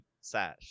sash